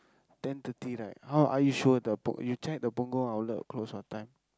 ten thirty right how are you sure the P~ you check the Punggol outlet close what time